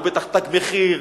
הוא בטח "תג מחיר".